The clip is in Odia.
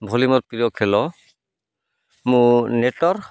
ଭଲି ମୋର ପ୍ରିୟ ଖେଳ ମୁଁ ନେଟର୍